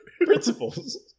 principles